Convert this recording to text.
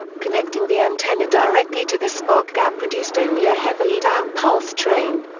connecting the antenna directly to the spark gap produced only a heavily damped pulse train.